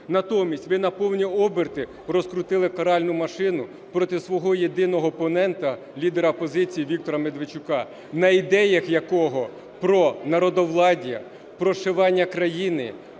Натомість ви на повні оберти розкрутили каральну машину проти свого єдиного опонента – лідера опозиції Віктора Медведчука, на ідеях якого про народовладдя, про шивання країни,